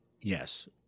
Yes